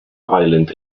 island